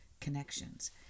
connections